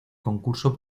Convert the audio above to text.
concurso